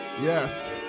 yes